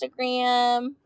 Instagram